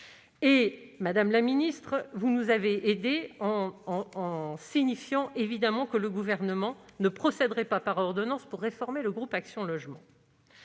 côté, madame la ministre, vous nous avez aidés, en signifiant que le Gouvernement ne procéderait pas par ordonnance pour réformer le groupe Action Logement.